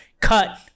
cut